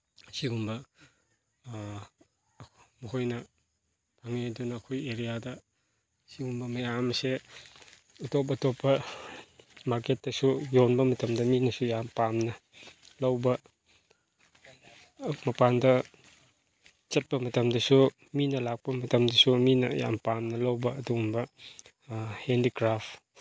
ꯑꯁꯤꯒꯨꯝꯕ ꯃꯈꯣꯏꯅ ꯐꯪꯏ ꯑꯗꯨꯅ ꯑꯩꯈꯣꯏ ꯑꯦꯔꯤꯌꯥꯗ ꯑꯁꯤꯒꯨꯝꯕ ꯃꯌꯥꯝꯁꯦ ꯑꯇꯣꯞ ꯑꯇꯣꯞꯄ ꯃꯥꯔꯀꯦꯠꯇꯁꯨ ꯌꯣꯟꯕ ꯃꯇꯝꯗ ꯃꯤꯅꯁꯨ ꯌꯥꯝ ꯄꯥꯝꯅ ꯂꯧꯕ ꯃꯄꯥꯟꯗ ꯆꯠꯄ ꯃꯇꯝꯗꯁꯨ ꯃꯤꯅ ꯂꯥꯛꯄ ꯃꯇꯝꯗꯁꯨ ꯃꯤꯅ ꯌꯥꯝ ꯄꯥꯝꯅ ꯂꯧꯕ ꯑꯗꯨꯒꯨꯝꯕ ꯍꯦꯟꯗꯤꯀ꯭ꯔꯥꯐ